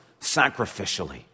sacrificially